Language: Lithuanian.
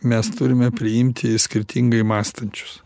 mes turime priimti skirtingai mąstančius